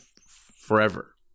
forever